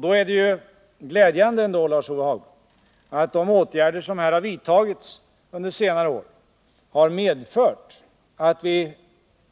Då är det glädjande, Lars-Ove Hagberg, att de åtgärder som har vidtagits under senare år har medfört att vi